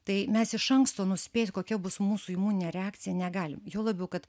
tai mes iš anksto nuspėt kokia bus mūsų imuninė reakcija negalim juo labiau kad